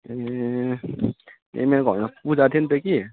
ए ए मेरो घरमा पूजा थियो नि त कि